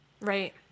Right